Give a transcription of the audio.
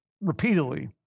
repeatedly